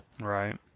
Right